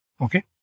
Okay